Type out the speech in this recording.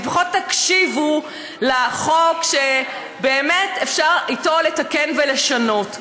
לפחות תקשיבו לחוק שאיתו באמת אפשר לתקן ולשנות,